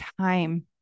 time